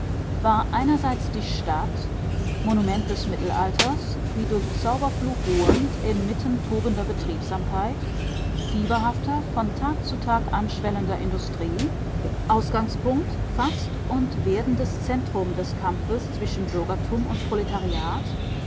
war einerseits die stadt monument des mittelalters wie durch zauberfluch ruhend inmitten tobender betriebsamkeit fieberhafter von tag zu tag anschwellender industrie ausgangspunkt fast und werdendes zentrum des kampfes zwischen bürgertum und proletariat